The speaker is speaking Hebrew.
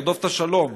לרדוף את השלום,